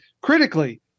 critically